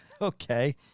okay